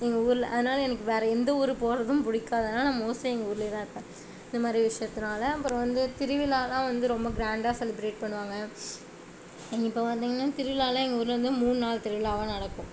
எங்கள் ஊரில் அதனால் எனக்கு வேறு எந்த ஊர் போகிறதும் பிடிக்காது அதனால நான் மோஸ்ட்லி எங்கள் ஊரிலே தான் இருப்பேன் இது மாதிரி விஷயத்துனால அப்புறோம் வந்து திருவிழானால் வந்து ரொம்ப கிராண்டாக செலிப்ரேட் பண்ணுவாங்க இப்போ பார்த்திங்கனா திருவிழாலாம் எங்கள் ஊரில் வந்து மூணு நாள் திருவிழாவாக நடக்கும்